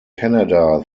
canada